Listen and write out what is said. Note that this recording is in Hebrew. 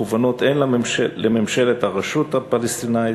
מכוונות הן לממשלת הרשות הפלסטינית